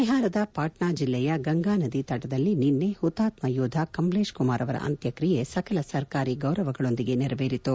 ಬಿಹಾರದ ಪಾಟ್ನಾ ಜಿಲ್ಲೆಯ ಗಂಗಾ ನದಿ ತಟದಲ್ಲಿ ನಿನ್ನೆ ಹುತಾತ್ತ ಯೋಧ ಕಮ್ಲೇಶ್ ಕುಮಾರ್ ಅವರ ಅಂತ್ವಕ್ರಿಯೆ ಸಕಲ ಸರ್ಕಾರಿ ಗೌರವಗಳೊಂದಿಗೆ ನೆರವೇರಿತು